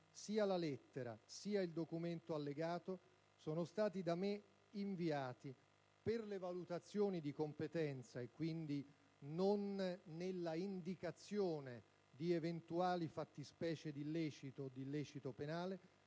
Sia la lettera, sia il documento allegato sono stati da me inviati, per le valutazioni di competenza - e quindi non nell'indicazione di eventuali fattispecie di illecito, o di illecito penale